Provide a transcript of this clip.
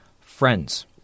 friends